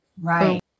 Right